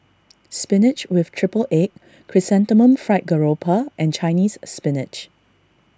Spinach with Triple Egg Chrysanthemum Fried Garoupa and Chinese Spinach